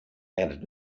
and